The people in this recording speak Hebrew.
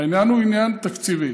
העניין הוא עניין תקציבי.